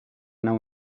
nau